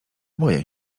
boję